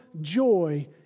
joy